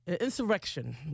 insurrection